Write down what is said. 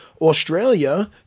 Australia